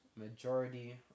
majority